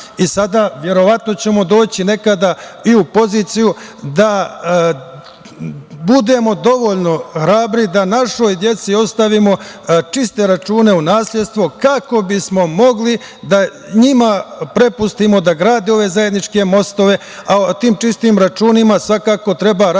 ćemo verovatno doći nekada i u poziciju da budemo dovoljno hrabri da našoj deci ostavimo čiste račune u nasledstvo kako bismo mogli da njima prepustimo da grade ove zajedničke mostove, a o tim čistim računima svakako treba raspraviti